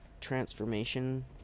transformation